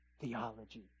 theology